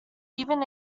even